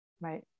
Right